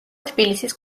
თბილისის